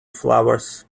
flowers